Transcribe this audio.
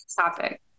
topic